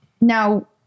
now